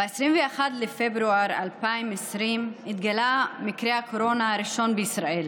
ב-21 בפברואר 2020 התגלה מקרה הקורונה הראשון בישראל.